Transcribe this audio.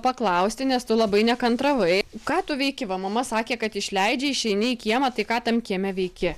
paklausti nes tu labai nekantravai ką tu veiki va mama sakė kad išleidžia išeini į kiemą tai ką ten kieme veiki